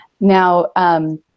Now